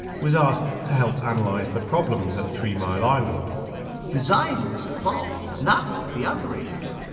was asked to help analyze the problems at three mile island design was at fault, not the operators